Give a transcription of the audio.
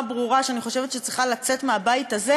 ברורה שאני חושבת שצריכה לצאת מהבית הזה,